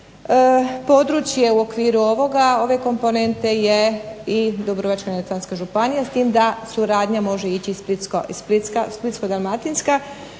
Područje u okviru ovoga, ove komponente je i Dubrovačko-neretvanska županija, s tim da suradnja može ići i Splitsko-dalmatinska